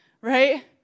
right